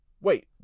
wait